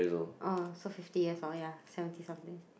oh so fifty years lor ya seventy something